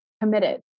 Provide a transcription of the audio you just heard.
committed